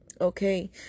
Okay